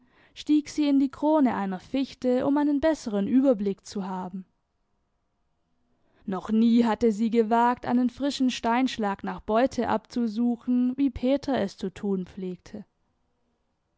stieg sie in die krone einer fichte um einen besseren überblick zu haben noch nie hatte sie gewagt einen frischen steinschlag nach beute abzusuchen wie peter es zu tun pflegte